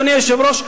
אדוני היושב-ראש,